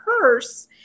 purse